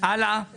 הלאה.